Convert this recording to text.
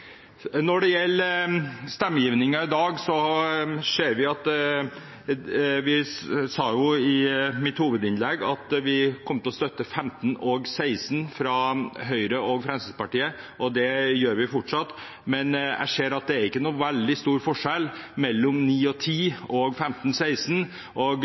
Når det gjelder stemmegivningen i dag, sa jeg i mitt hovedinnlegg at vi kommer til å støtte forslagene nr. 15 og 16 fra Høyre og Fremskrittspartiet. Det gjør vi fortsatt, men jeg ser at det ikke er noen veldig stor forskjell mellom forslagene nr. 9 og 10 og forslagene nr. 15 og